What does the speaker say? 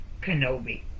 Kenobi